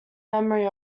memory